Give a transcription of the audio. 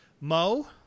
Mo